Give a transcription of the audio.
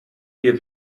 wir